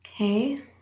okay